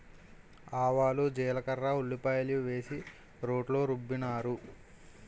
ఆవాలు జీలకర్ర ఉల్లిపాయలు వేసి రోట్లో రుబ్బినారు